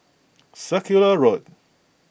Circular Road